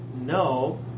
no